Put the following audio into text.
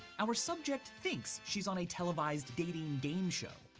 our subject thinks she's on a televised dating game show,